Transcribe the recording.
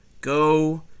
Go